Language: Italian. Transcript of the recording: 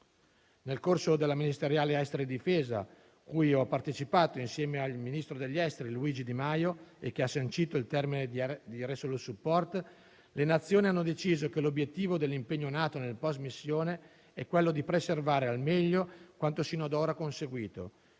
Nel corso della riunione ministeriale di esteri e difesa, cui ho partecipato insieme al ministro degli esteri Luigi Di Maio e che ha sancito il termine di Resolute support, le Nazioni hanno deciso che l'obiettivo dell'impegno NATO nel *post* missione è preservare al meglio quanto sinora conseguito,